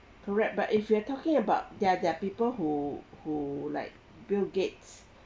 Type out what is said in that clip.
correct but if you are talking about there there are people who who like bill gates